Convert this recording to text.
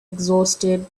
exhausted